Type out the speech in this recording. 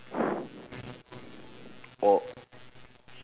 or